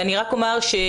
אני רק אומר שגם